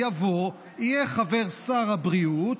"יהיה חבר שר הבריאות,